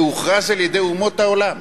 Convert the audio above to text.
שהוכרז על-ידי אומות העולם